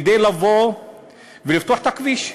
לבוא ולפתוח את הכביש,